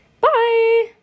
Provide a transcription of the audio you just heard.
Bye